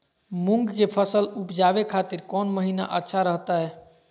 मूंग के फसल उवजावे खातिर कौन महीना अच्छा रहतय?